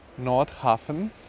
Nordhafen